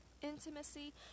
intimacy